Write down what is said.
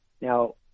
Now